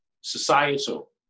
societal